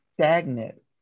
stagnant